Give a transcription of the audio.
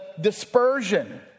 dispersion